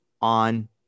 on